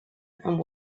and